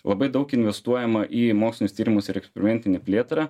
labai daug investuojama į mokslinius tyrimus ir eksperimentinę plėtrą